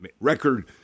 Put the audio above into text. record